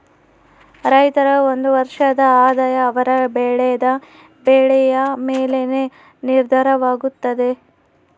ರೈತರ ಒಂದು ವರ್ಷದ ಆದಾಯ ಅವರು ಬೆಳೆದ ಬೆಳೆಯ ಮೇಲೆನೇ ನಿರ್ಧಾರವಾಗುತ್ತದೆ